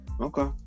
Okay